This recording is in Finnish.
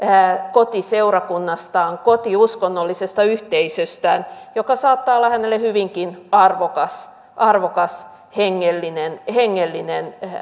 kotiseurakunnastaan koti uskonnollisesta yhteisöstään joka saattaa olla hänelle hyvinkin arvokas arvokas hengellinen hengellinen